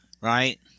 right